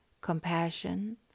compassion